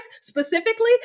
specifically